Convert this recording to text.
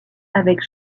avec